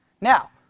Now